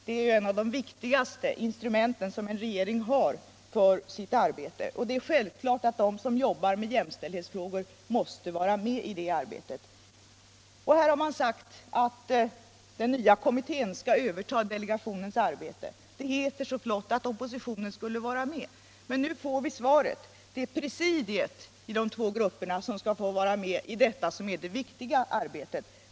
Den är ju ett av de viktigaste instrumenten som en regering har för sitt arbete, och det är självklart att de som jobbar med jämställdhetsfrågor måste vara med i det arbetet. Här har man sagt att den nya kommittén skall överta delegationens arbete. Det heter så flott att oppositionen skall få vara med, men nu får vi svaret: Det är presidiet i de två grupperna som skall få vara med i budgetarbetet, som är det viktiga arbetet.